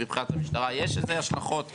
מבחינת המשטרה יש לזה השלכות,